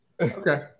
Okay